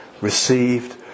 received